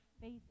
faith